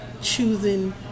choosing